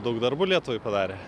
daug darbų lietuvai padarė